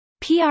PR